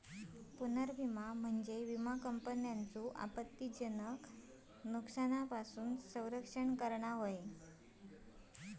पुनर्विमा म्हणजे विमा कंपन्यांचो आपत्तीजनक नुकसानापासून संरक्षण करणा